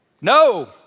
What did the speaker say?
no